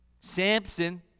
Samson